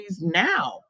now